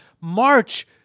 March